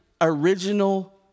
original